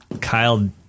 Kyle